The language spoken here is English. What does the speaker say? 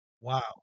Wow